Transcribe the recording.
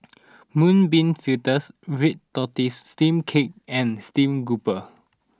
Mung Bean Fritters Red Tortoise Steamed Cake and Stream Grouper